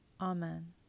Amen